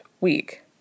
week